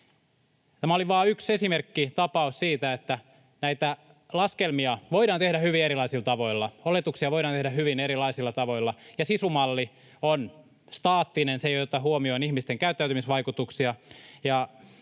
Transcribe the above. Tämä oli vain yksi esimerkkitapaus siitä, että näitä laskelmia voidaan tehdä hyvin erilaisilla tavoilla, oletuksia voidaan tehdä hyvin erilaisilla tavoilla. SISU-malli on staattinen, se ei ota huomioon ihmisten käyttäytymisvaikutuksia,